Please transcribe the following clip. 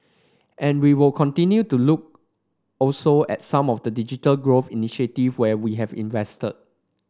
and we would continue to look also at some of the digital growth initiatives where we have invested